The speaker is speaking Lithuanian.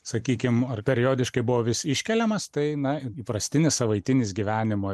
sakykim ar periodiškai buvo vis iškeliamas tai na įprastinis savaitinis gyvenimo